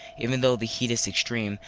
even though the heat is extreme,